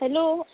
hello